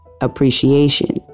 appreciation